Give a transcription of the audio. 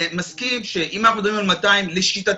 אני מסכים שאם אנחנו מדברים על 200 לשיטתי,